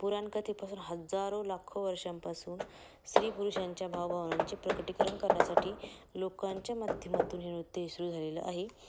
पुराणकथेपासून हजारो लाख वर्षांपासून स्त्री पुरुषांच्या भावभावनांचे प्रकटीकरण करण्यासाठी लोकांच्या माध्यमातून हे नृत्य सुरू झालेलं आहे